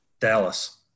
Dallas